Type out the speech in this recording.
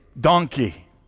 donkey